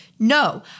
No